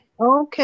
okay